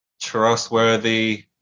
trustworthy